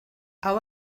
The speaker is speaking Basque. hau